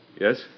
Yes